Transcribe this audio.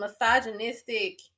misogynistic